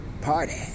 party